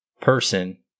person